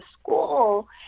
school